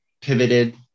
pivoted